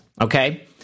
Okay